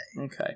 Okay